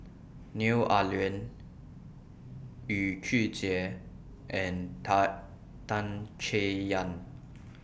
Neo Ah Luan Yu Zhuye and Ta Tan Chay Yan